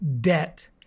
Debt